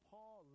Paul